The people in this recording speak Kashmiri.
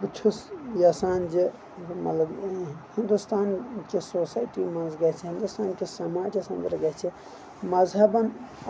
بہٕ چھُس یژھان زِ یِہُنٛد مطلب ہندوستان کہِ سوسایٹی منٛز گژھِ ہندوستان کِس سماجس منٛز گژھِ مذہبن